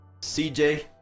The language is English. CJ